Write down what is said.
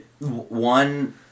One